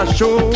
Show